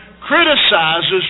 criticizes